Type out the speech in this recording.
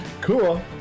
Cool